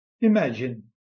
Imagine